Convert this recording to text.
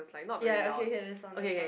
ya okay okay next one next one